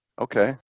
Okay